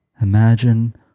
Imagine